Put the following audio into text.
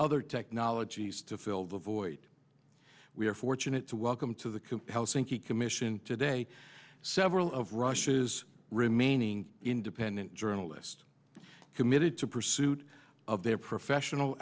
other technologies to fill the void we are fortunate to welcome to the compel sinky commission to day several of russia's remaining independent journalist committed to pursuit of their professional